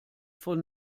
von